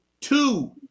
two